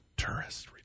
Tourist